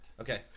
Okay